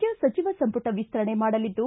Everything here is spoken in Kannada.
ರಾಜ್ಣ ಸಚಿವ ಸಂಪುಟ ವಿಸ್ತರಣೆ ಮಾಡಲಿದ್ದು